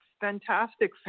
fantastic